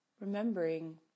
remembering